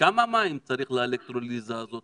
כמה מים צריך לאלקטרוליזה הזאת?